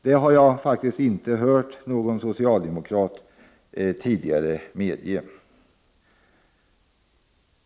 Det har jag faktiskt aldrig tidigare hört någon socialdemokrat medge.